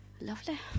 lovely